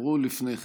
תעברו לפני כן